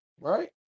right